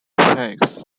tracks